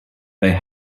they